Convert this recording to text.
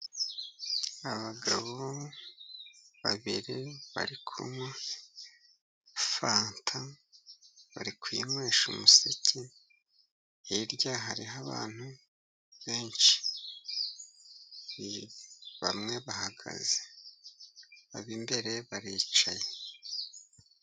Abagabo babiri bari kunywa fanta, bari kuyinywesha umuseke, hirya hariho abantu benshi, bamwe bahagaze, ab'imbere baricaye.